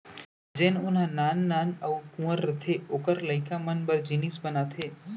जेन ऊन ह नान नान अउ कुंवर रथे ओकर लइका मन बर जिनिस बनाथे